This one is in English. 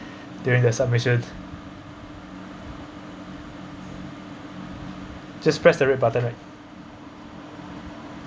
during the submission just press the red button right